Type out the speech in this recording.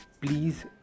please